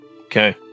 Okay